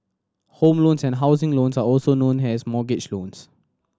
home loans and housing loans are also known as mortgage loans